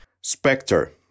Spectre